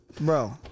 Bro